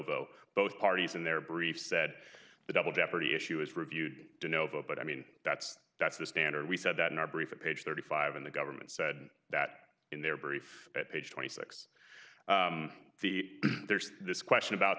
novo both parties in their brief said the double jeopardy issue is reviewed to nova but i mean that's that's the standard we said that in our brief page thirty five in the government said that in their brief at page twenty six there's this question about